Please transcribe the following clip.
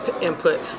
input